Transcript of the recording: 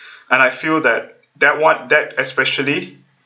and I feel that that what that especially